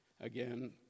again